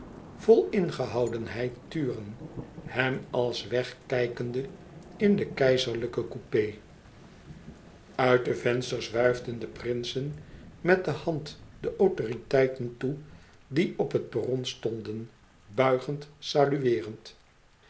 vol ingehoudenheid turen hem als wegkijkende in den keizerlijken coupé uit de vensters wuifden de prinsen met de hand de autoriteiten toe die op het perron stonden buigend salueerend